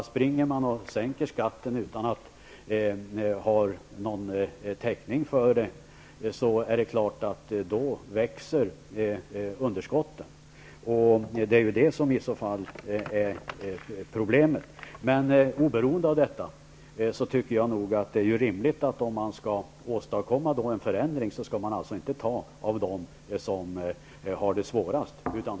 Sänker man skatten utan ha någon täckning för det, är det klart att underskotten växer. Oberoende av detta tycker jag att det är rimligt att man inte skall ta från dem som har det svårast, om man vill åstadkomma en förändring.